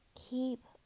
Keep